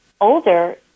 older